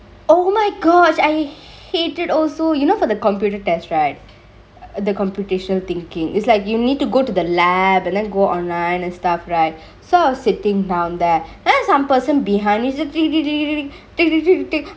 oh my gosh I hate it also you know for the computer test right the computational thinkingk is like you need to go to the lab and then go online and stuff right so I was sittingk down there and then some person behind me click click click click click